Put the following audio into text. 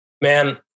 man